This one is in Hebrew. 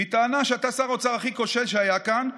היא טענה שאתה שר האוצר הכי כושל שהיה כאן,